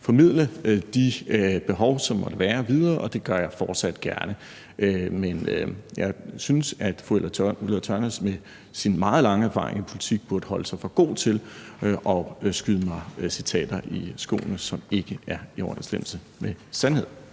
formidle de behov, der måtte være, videre, og det gør jeg fortsat gerne. Men jeg synes, at fru Ulla Tørnæs med sin meget lange erfaring i politik burde holde sig for god til at skyde mig citater i skoene, som ikke er i overensstemmelse med sandheden.